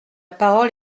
parole